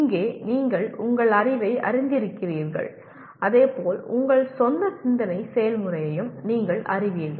இங்கே நீங்கள் உங்கள் அறிவை அறிந்திருக்கிறீர்கள் அதே போல் உங்கள் சொந்த சிந்தனை செயல்முறையையும் நீங்கள் அறிவீர்கள்